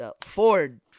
Ford